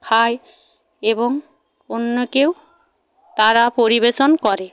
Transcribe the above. খায় এবং অন্যকেও তারা পরিবেশন করে